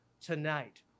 tonight